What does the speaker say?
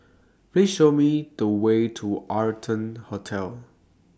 Please Show Me The Way to Arton Hotel